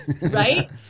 Right